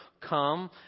come